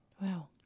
Wow